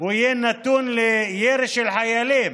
הוא יהיה נתון לירי של חיילים.